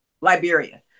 Liberia